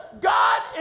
God